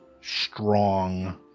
strong